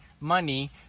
money